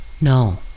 No